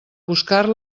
buscar